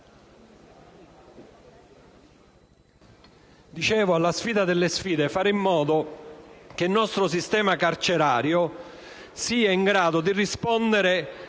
risposta alla sfida delle sfide: fare in modo che il nostro sistema carcerario sia in grado di rispondere